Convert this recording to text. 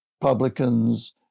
publicans